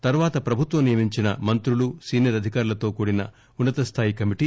తర్వాత ప్రభుత్వం నియమించిన మంత్రులు సీనియర్ అధికారులతో కూడిన ఉన్న తస్థాయి కమిటీ